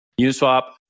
Uniswap